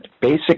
basic